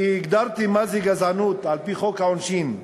כי הגדרתי מה זה גזענות על-פי חוק העונשין,